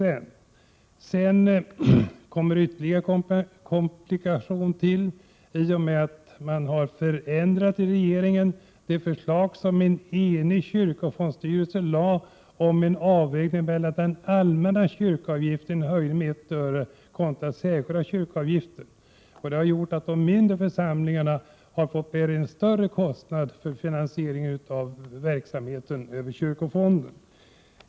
Ännu en komplikation har tillkommit i och med att regeringen har förändrat det förslag som en enig kyrkofondsstyrelse lade fram om en avvägning mellan den allmänna kyrkoavgiften — en höjning med 1 öre — och särskilda kyrkoavgifter. Det har inneburit att de mindre församlingarna har fått bära en större kostnad för finansieringen av verksamheten över kyrkofonden.